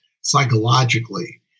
psychologically